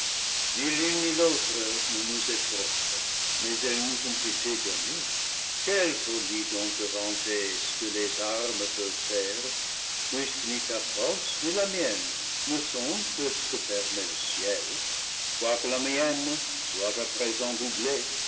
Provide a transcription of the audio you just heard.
elles nous ont été données quelle folie donc de vanter ce que les armes peuvent faire puis que ni ta force ni la mienne ne sont que ce que permet le ciel quoique la mienne soit à présent doublée